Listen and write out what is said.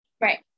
right